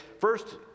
First